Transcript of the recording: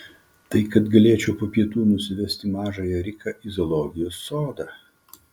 tai kad galėčiau po pietų nusivesti mažąją riką į zoologijos sodą